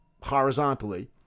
horizontally